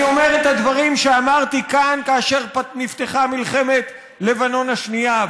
אני אומר את הדברים שאמרתי כאן כאשר נפתחה מלחמת לבנון השנייה.